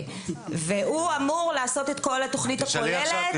הוא אמור לעשות את כל התוכנית הכוללת שנים קודמת.